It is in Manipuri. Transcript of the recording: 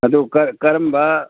ꯑꯗꯨ ꯀꯔꯝꯕ